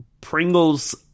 Pringles